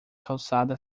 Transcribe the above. calçada